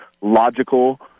logical